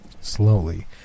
Slowly